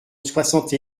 soixante